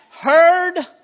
heard